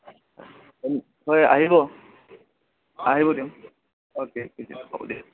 হয় আহিব আহিব